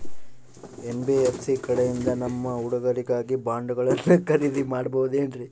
NBFC ಕಡೆಯಿಂದ ನಮ್ಮ ಹುಡುಗರಿಗಾಗಿ ಬಾಂಡುಗಳನ್ನ ಖರೇದಿ ಮಾಡಬಹುದೇನ್ರಿ?